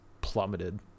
plummeted